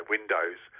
Windows